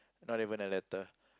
not even a letter